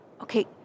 okay